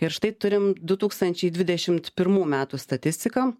ir štai turim du tūkstančiai dvidešimt pirmų metų statistiką